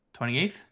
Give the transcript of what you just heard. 28th